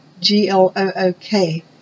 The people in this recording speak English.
G-L-O-O-K